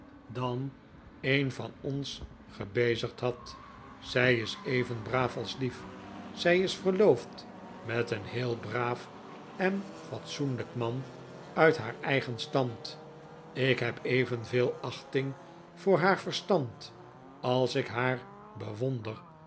dan een van ons gebezigd had zij is even braaf als lief zij is verloofd met een heel braaf en fatsoenlijk man uit haar eigen stand ik heb evenveel achting voor haar verstand als ik haar bewonder